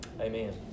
Amen